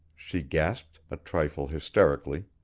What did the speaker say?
she gasped, a trifle hysterically.